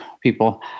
people